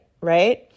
Right